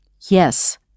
Yes